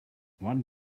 one